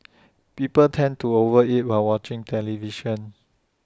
people tend to over eat while watching television